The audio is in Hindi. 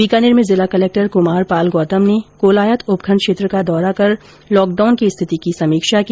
बीकानेर में जिला कलक्टर कुमार पाल गौतम ने कोलायत उपखण्ड क्षेत्र का दौरा कर लॉकडाउन की स्थिति की समीक्षा की